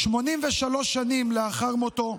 83 שנים לאחר מותו,